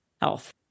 health